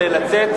לצאת,